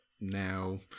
now